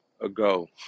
ago